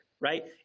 right